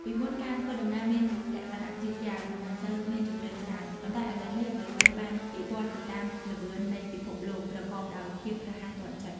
ពីមុនការធ្វើដំណើរមានលក្ខណៈយឺតយាវនិងមិនសូវមានជម្រើសច្រើន ប៉ុន្តែឥឡូវនេះអ្វីៗបានវិវឌ្ឍទៅតាមល្បឿននៃពិភពលោកប្រកបដោយភាពរហ័សទាន់ចិត្ត។